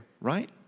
right